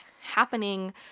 happening